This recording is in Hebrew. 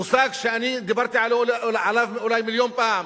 מושג שאני דיברתי עליו אולי מיליון פעם,